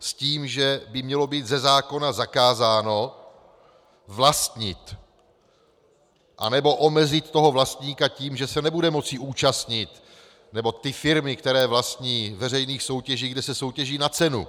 S tím, že by mělo být ze zákona zakázáno vlastnit, anebo omezit toho vlastníka tím, že se nebude moci zúčastnit, nebo ty firmy, které vlastní, veřejných soutěží, kde se soutěží na cenu.